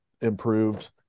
improved